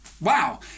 wow